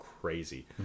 crazy